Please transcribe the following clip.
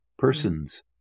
Persons